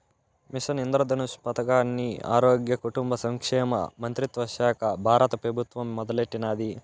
machine Indradhanush పదకాన్ని ఆరోగ్య, కుటుంబ సంక్షేమ మంత్రిత్వశాక బారత పెబుత్వం మొదలెట్టినాది